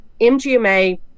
MGMA